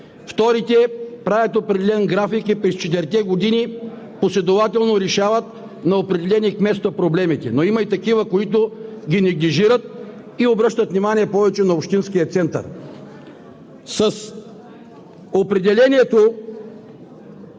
Вторите правят определен график и през четирите години последователно решават проблемите на определени кметства. Има обаче и такива, които ги неглижират и обръщат внимание повече на общинския център. С определението